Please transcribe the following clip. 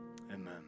Amen